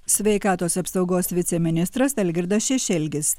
sveikatos apsaugos viceministras algirdas šešelgis